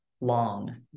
long